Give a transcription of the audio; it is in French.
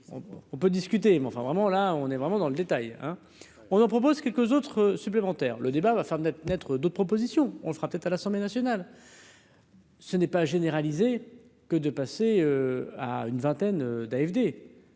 on peut discuter mais enfin vraiment, là on est vraiment dans le détail, hein, on en propose quelques autres supplémentaires, le débat va faire naître d'autres propositions, on sera peut-être à l'Assemblée nationale. Ce n'est pas généraliser que de passer à une vingtaine d'AfD,